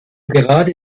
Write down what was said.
gerade